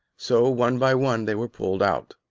so, one by one, they were pulled out.